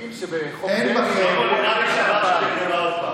מתאים שבחוק דרעי אתה מדבר על ניקיון כפיים.